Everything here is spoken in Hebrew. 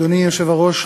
אדוני היושב-ראש,